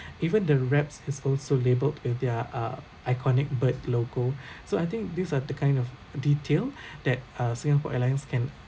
even the wraps is also labelled with their uh iconic bird logo so I think these are the kind of detail that uh Singapore Airlines can